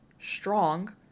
strong